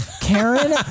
Karen